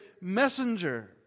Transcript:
messenger